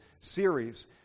series